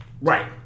Right